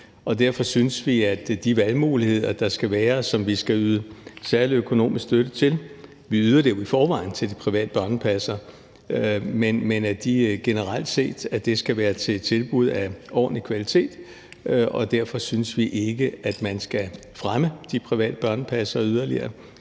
Derfor synes vi, at de tilbud, der skal være, som vi skal yde særlig økonomisk støtte til – vi yder i forvejen støtte til de private børnepassere – generelt skal være tilbud af en ordentlig kvalitet. Derfor synes vi ikke, at man yderligere skal fremme de private børnepassere ved